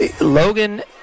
Logan